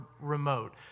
remote